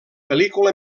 pel·lícula